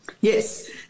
yes